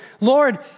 Lord